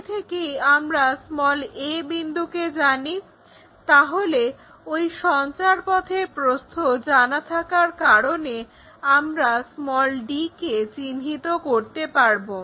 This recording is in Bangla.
আগে থেকেই আমরা a বিন্দুকে জানি তাহলে ওই সঞ্চারপথের প্রস্থ জানা থাকার কারণে আমরা d কে চিহ্নিত করতে পারব